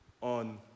on